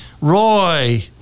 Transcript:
Roy